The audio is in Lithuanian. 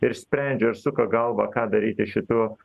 ir sprendžia ir suka galvą ką daryti šituo